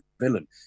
villain